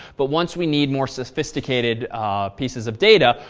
but once we need more sophisticated pieces of data,